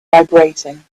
vibrating